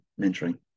mentoring